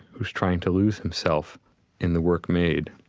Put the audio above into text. who's trying to lose himself in the work made.